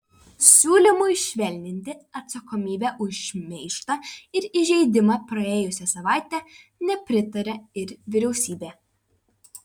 siūlymui švelninti atsakomybę už šmeižtą ir įžeidimą praėjusią savaitę nepritarė ir vyriausybė